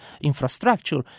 infrastructure